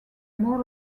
more